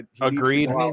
Agreed